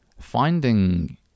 finding